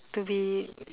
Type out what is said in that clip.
to be